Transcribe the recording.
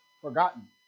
Forgotten